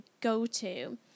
go-to